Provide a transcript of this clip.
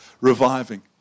reviving